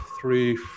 three